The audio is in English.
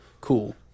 Cool